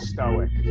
Stoic